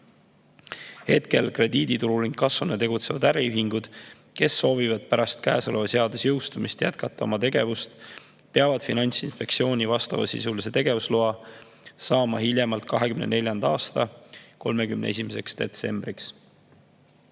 Hetkel krediiditurul inkassona tegutsevad äriühingud, kes soovivad pärast käesoleva seaduse jõustumist jätkata oma tegevust, peavad Finantsinspektsiooni vastavasisulise tegevusloa saama hiljemalt 2024. aasta 31. detsembriks.